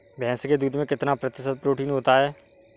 भैंस के दूध में कितना प्रतिशत प्रोटीन होता है?